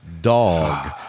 dog